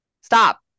Stop